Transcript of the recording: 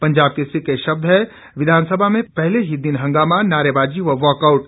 पंजाब केसरी के शब्द हैं विधानसभा में पहले दिन ही हंगामा नारेबाजी व वॉकआउट